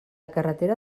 carretera